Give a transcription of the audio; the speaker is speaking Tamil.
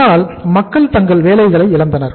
அதனால் மக்கள் தங்கள் வேலைகளை இழந்தனர்